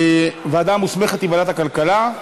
הוועדה המוסמכת היא ועדת הכלכלה,